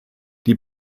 die